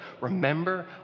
remember